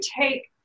take